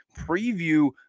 preview